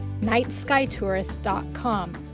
NightSkyTourist.com